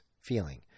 feeling